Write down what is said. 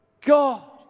God